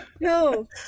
No